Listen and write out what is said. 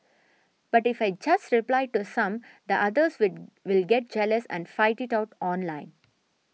but if I just reply to some the others will will get jealous and fight it out online